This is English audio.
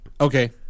Okay